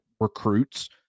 recruits